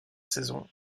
saison